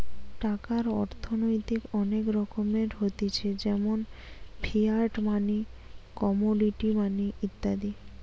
টাকার অর্থনৈতিক অনেক রকমের হতিছে যেমন ফিয়াট মানি, কমোডিটি মানি ইত্যাদি